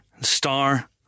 star